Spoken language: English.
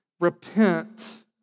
Repent